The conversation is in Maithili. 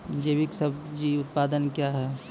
जैविक सब्जी उत्पादन क्या हैं?